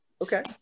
okay